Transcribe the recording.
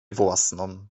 własną